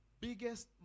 biggest